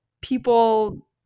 people